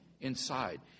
inside